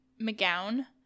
McGown